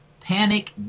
panic